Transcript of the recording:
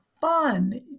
fun